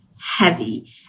heavy